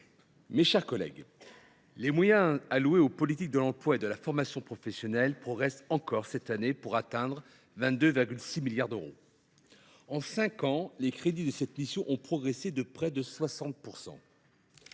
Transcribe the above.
mes chers collègues, les moyens alloués aux politiques de l’emploi et de la formation professionnelle progressent cette année encore, pour atteindre 22,6 milliards d’euros. En cinq ans, les crédits de la mission « Travail et emploi